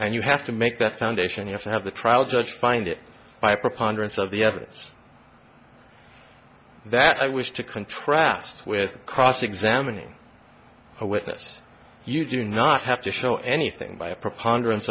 and you have to make that foundation you have to have the trial judge find it by preponderance of the evidence that i was to contrast with cross examining a witness you do not have to show anything by a preponderance